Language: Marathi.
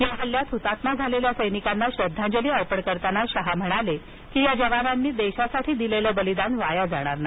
या हल्ल्यात हुतात्मा झालेल्या सैनिकांना श्रद्धांजली अर्पण करताना शहा म्हणाले की या जवानांनी देशासाठी दिलेलं बलिदान वाया जाणार नाही